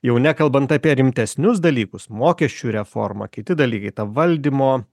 jau nekalbant apie rimtesnius dalykus mokesčių reforma kiti dalykai ta valdymo